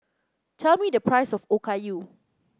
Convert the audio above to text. tell me the price of Okayu